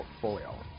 portfolio